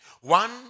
One